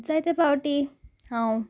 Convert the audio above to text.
जायते फावटी हांव